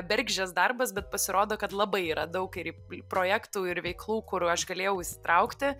bergždžias darbas bet pasirodo kad labai yra daug ir į į projektų ir veiklų kur aš galėjau įsitraukti